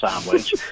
sandwich